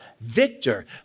victor